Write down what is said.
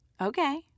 Okay